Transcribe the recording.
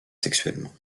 sexuellement